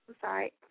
sorry